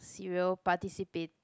serial participate